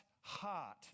heart